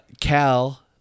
Cal